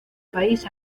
país